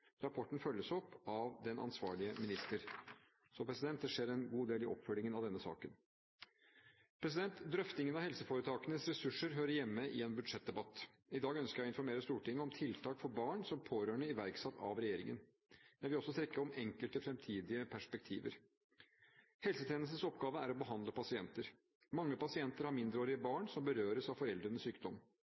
Rapporten følges opp av den ansvarlige minister. Så det skjer en god del i oppfølgingen av denne saken. Drøftingen av helseforetakenes ressurser hører hjemme i en budsjettdebatt. I dag ønsker jeg å informere Stortinget om tiltak for barn som pårørende iverksatt av regjeringen. Jeg vil også trekke opp enkelte fremtidige perspektiver. Helsetjenestens oppgave er å behandle pasienter. Mange pasienter har mindreårige barn som berøres av foreldrenes sykdom.